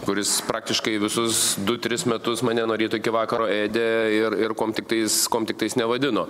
kuris praktiškai visus du tris metus mane nuo ryto iki vakaro ėde ir ir kuom tiktais kuom tiktais nevadino